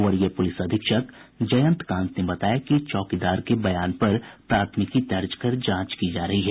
वरीय पुलिस अधीक्षक जयंतकांत ने बताया कि चौकीदार के बयान पर प्राथमिकी दर्ज कर जांच की जा रही है